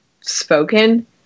spoken